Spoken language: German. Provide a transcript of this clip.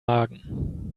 magen